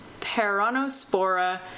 Peronospora